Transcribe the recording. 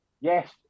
Yes